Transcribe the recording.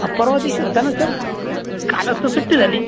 परवा दिवशी होता ना सर कालच तर सुट्टी झाली